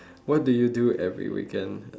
what do you do every weekend